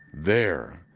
there.